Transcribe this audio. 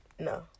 No